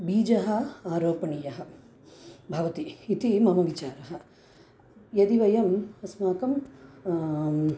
बीजः आरोपणीयः भवति इति मम विचारः यदि वयम् अस्माकं